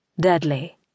deadly